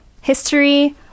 history